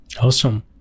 Awesome